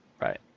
Right